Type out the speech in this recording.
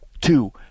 two